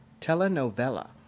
Telenovela